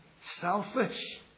selfish